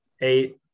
eight